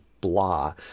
blah